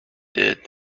did